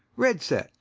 red set.